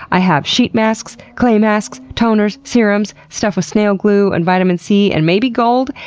i have sheet masks, clay masks, toners, serums, stuff with snail glue and vitamin c and maybe gold.